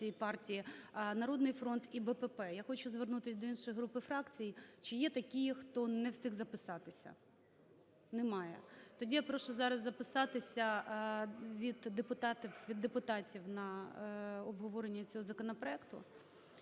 "Народний фронт" і БПП. Я хочу звернутись до інших груп і фракцій: чи є такі, хто не встиг записатися? Немає. Тоді я прошу зараз записатися від депутатів на обговорення цього законопроекту.